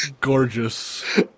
gorgeous